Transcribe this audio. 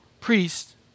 priests